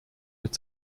mit